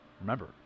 remember